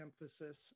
emphasis